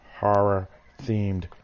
horror-themed